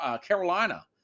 Carolina